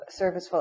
serviceful